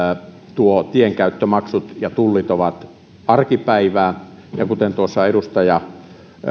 tienkäyttömaksut ja tietullit ovat arkipäivää ja kuten tuossa edustaja